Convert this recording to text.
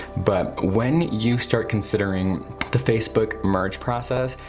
but when you start considering the facebook merge process,